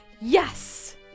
Yes